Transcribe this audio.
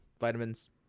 vitamins